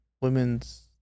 women's